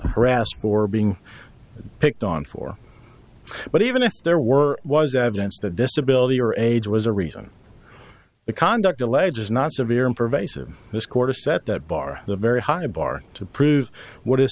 harassed or being picked on for but even if there were was evidence that disability or age was a reason to conduct alleges not severe and pervasive this quarter set that bar the very high bar to prove what